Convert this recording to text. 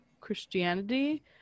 christianity